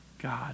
God